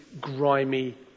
grimy